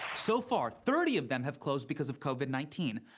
so far, thirty of them have closed because of covid nineteen.